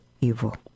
evil